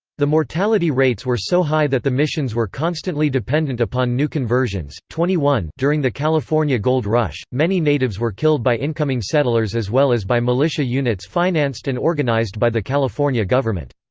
the mortality rates were so high that the missions were constantly dependent upon new conversions. twenty one during the california gold rush, many natives were killed by incoming settlers as well as by militia units financed and organized by the california government.